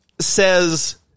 says